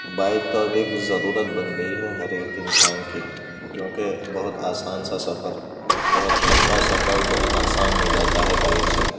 bike تو اب ایک ضرورت بن گئی ہے ہر ایک انسان کی کیونکہ بہت آسان سا سفر بہت لمبا سفر بہت آسان ہو جاتا ہے بائک سے